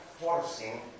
forcing